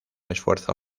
esfuerzo